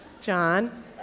John